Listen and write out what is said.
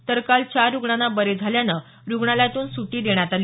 तर काल चार रुग्णांना बरे झाल्यान रुग्णालयातून सुटी देण्यात आली